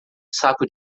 saco